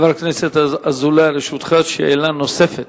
חבר הכנסת אזולאי, לרשותך שאלה נוספת.